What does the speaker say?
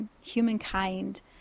humankind